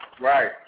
Right